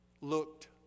looked